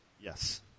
Yes